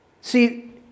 See